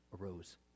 arose